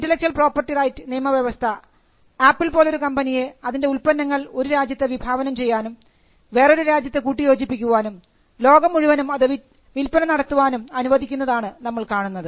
intellectual property right നിയമവ്യവസ്ഥ Apple പോലൊരു കമ്പനിയെ അതിൻറെ ഉത്പന്നങ്ങൾ ഒരു രാജ്യത്ത് വിഭാവനം ചെയ്യാനും വേറൊരു രാജ്യത്ത് കൂട്ടിയോജിപ്പിക്കാനും ലോകം മുഴുവനും അത് വിൽപ്പന നടത്താനും അനുവദിക്കുന്നതാണ് നമ്മൾ കാണുന്നത്